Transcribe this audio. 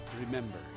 Remember